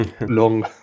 long